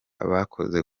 bakoze